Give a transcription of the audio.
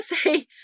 say